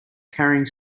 carrying